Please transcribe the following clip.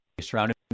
surrounded